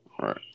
Right